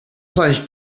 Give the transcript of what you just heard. plunge